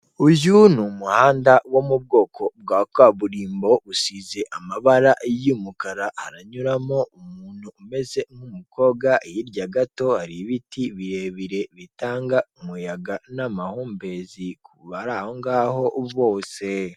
Uyu ni umuhanda wo mu bwoko bwa kaburimbo, usize amabara y'umukara. Haranyuramo umuntu umeze nk'umukobwa, hirya gato hari ibiti birebire bitanga umuyaga n'amahumbezi ku bari aho ngaho bose.